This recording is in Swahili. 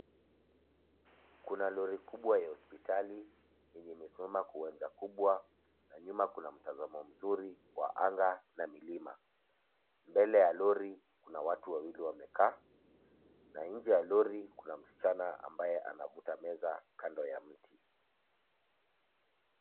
Kuna lori kubwa ya hospitali yenye imesimama kwa uwanja mkubwa na nyuma kuna mtazamo mzuri wa adha na milima. Mbele ya lori kuna watu wawili wamekaa na nje ya lori kuna msichana ambaye anavuta meza kando ya mti.